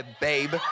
babe